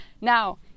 now